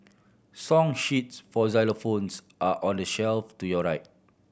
song sheets for xylophones are on the shelf to your right